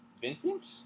Vincent